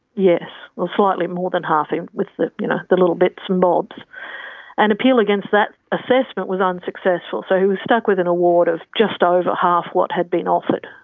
yes, well slightly more than half and with the you know the little bits and bobs. an and appeal against that assessment was unsuccessful, so he was stuck with an award of just over half what had been offered.